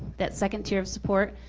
that second tier of support,